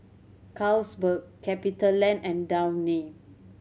Carlsberg CapitaLand and Downy